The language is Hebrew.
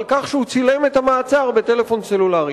כך שהוא צילם את המעצר בטלפון סלולרי.